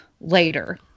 later